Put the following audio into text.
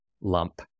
lump